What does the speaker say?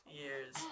years